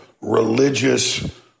religious